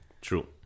True